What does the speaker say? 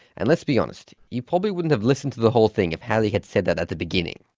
and let's be honest, you probably wouldn't have listened to the whole thing if harry had said that at the beginning.